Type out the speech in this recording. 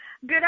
Good